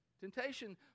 Temptation